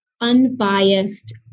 unbiased